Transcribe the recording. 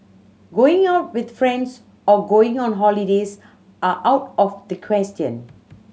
going out with friends or going on holidays are out of the question